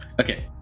Okay